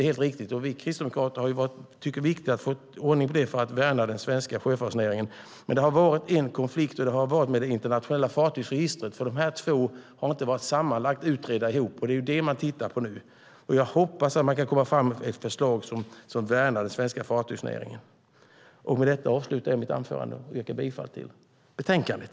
Det är helt riktigt, och vi kristdemokrater har tyckt att det har varit viktigt att få ordning på det här för att värna den svenska sjöfartsnäringen. Men det har varit en konflikt med det internationella fartygsregistret, för de här två har inte utretts tillsammans, och det är ju det man tittar på nu. Jag hoppas att man kan komma fram med ett förslag som värnar den svenska sjöfartsnäringen. Med detta yrkar jag bifall till förslaget i betänkandet.